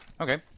Okay